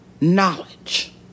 knowledge